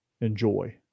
Enjoy